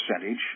percentage